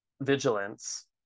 Vigilance